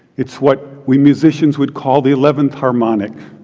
it's what we, musicians, would call the eleventh harmonic.